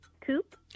coop